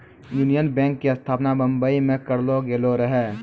union Bank के स्थापना बंबई मे करलो गेलो रहै